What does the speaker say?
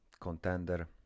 contender